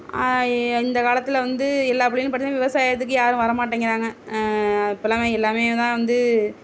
இந்த காலத்தில் வந்து எல்லா பிள்ளைங்களும் பார்த்தீங்கன்னா விவசாயத்துக்கு யாரும் வரமாட்டேன்கிறாங்க இப்பெலாம் எல்லாமே தான் வந்து